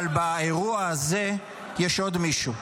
אבל באירוע הזה יש עוד מישהו,